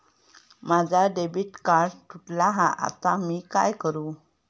माझा debit card तुटला हा आता मी काय करू?